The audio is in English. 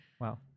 Wow